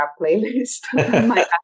playlist